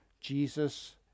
Jesus